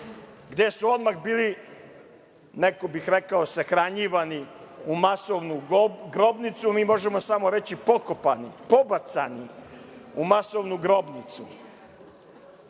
gde su odmah bili, neko bi rekao sahranjivani u masovnu grobnicu, a mi možemo samo reći - pokopani, pobacani u masovnu grobnicu. Oni